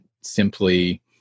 simply